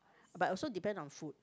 but also depend on food